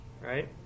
right